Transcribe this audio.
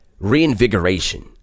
reinvigoration